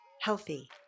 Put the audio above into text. healthy